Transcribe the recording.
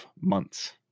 months